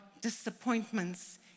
disappointments